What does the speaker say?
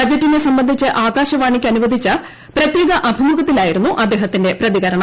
ബജറ്റിനെ സംബന്ധിച്ച് ആകാശവാണിക്ക് അനുവദിച്ച പ്രത്യേക അഭിമുഖത്തിലായിരുന്നു അദ്ദേഹത്തിന്റെ പ്രതികരണം